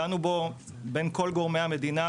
דנו בו בין כל גורמי המדינה,